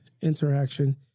interaction